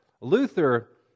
Luther